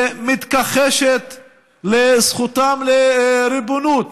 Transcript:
שמתכחשת לזכותם של ריבונות.